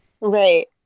Right